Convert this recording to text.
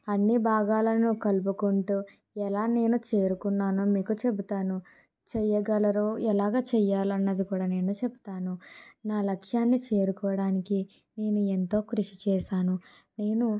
అన్నీ భాగాలను కలుపుకుంటూ ఎలా నేను చేరుకున్నానో మీకు చెబుతాను చేయగలరో ఎలాగ చేయ్యాలన్నది కూడా నేను చెబుతాను నా లక్ష్యాని చేరుకోడానికి నేను ఎంతో కృషి చేసాను నేను